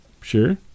sure